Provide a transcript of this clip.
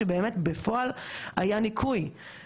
בלי שהם בכלל יודעים מזה שהיה איזה שהוא ניכוי,